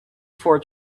four